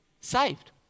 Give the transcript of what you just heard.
saved